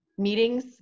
Meetings